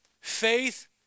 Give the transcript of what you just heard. Faith